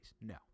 No